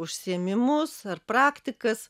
užsiėmimus ar praktikas